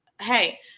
hey